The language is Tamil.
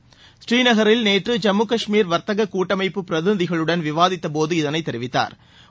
பூந்நகரில் நேற்று ஜம்மு கஷ்மீர் வர்த்தக கூட்டமைப்பு பிரதிநிதிகளுடன் விவாதித்தபோது இதனை தெரிவித்தாள்